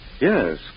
Yes